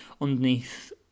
underneath